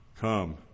Come